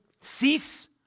cease